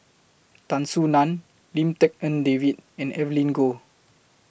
Tan Soo NAN Lim Tik En David and Evelyn Goh